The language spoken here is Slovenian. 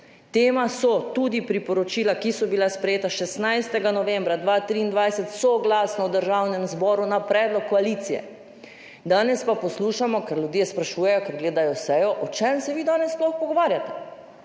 Tema so tudi priporočila, ki so bila sprejeta 16. novembra 2023 soglasno v Državnem zboru na predlog koalicije. Danes pa poslušamo, ker ljudje sprašujejo, ker gledajo sejo, o čem se vi danes sploh pogovarjate?